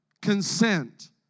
consent